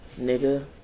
Nigga